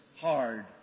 hard